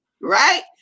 Right